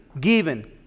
given